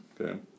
okay